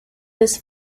this